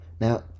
Now